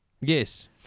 Yes